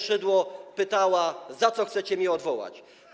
Szydło pytała: Za co chcecie mnie odwołać?